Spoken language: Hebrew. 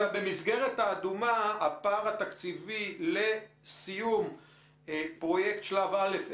במסגרת האדומה הפער התקציבי לסיום פרויקט שלב א'